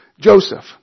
Joseph